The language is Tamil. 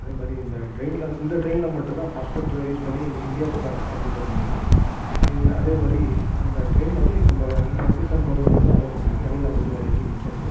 அதேமாதிரி இந்த ட்ரெயினில் இந்த ட்ரெயினில் மட்டும் தான் பாஸ்போர்ட் யூஸ் பண்ணி இந்தியா டு பாகிஸ்தான் போயிட்டு வர முடியும் இது அதேமாதிரி அந்த ட்ரெயினில் வந்து நம்ப பாகிஸ்தான் போகிறதுக்கு மட்டும் தான் அல்லோ பண்ணுவாங்க இடையில் அந்த வண்டி வேறு எங்கேயும் நிற்காது